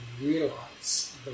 realize